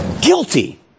Guilty